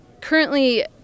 Currently